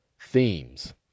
themes